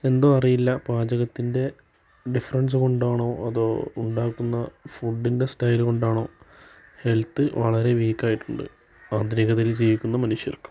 എന്തോ അറിയില്ല പാചകത്തിൻ്റെ ഡിഫറൻസ് കൊണ്ടാണോ അതോ ഉണ്ടാക്കുന്ന ഫുഡിൻ്റെ സ്റ്റൈല് കൊണ്ടാണോ ഹെൽത്ത് വളരെ വീക്കായിട്ടുണ്ട് ആധുനികതയിൽ ജീവിക്കുന്ന മനുഷ്യർക്ക്